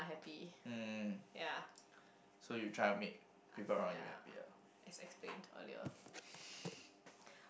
happy ya ya as explained earlier